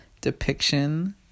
depiction